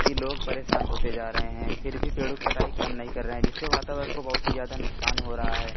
कि लोग परेशान होते जा रहे हैं फिर भी पेड़ों की कटाई कम नहीं कर रहे हैं जिससे वातावरण को बहुत ही ज़्यादा नुक़सान हो रहा है